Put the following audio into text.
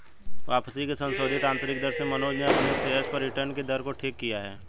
वापसी की संशोधित आंतरिक दर से मनोज ने अपने शेयर्स पर रिटर्न कि दर को ठीक किया है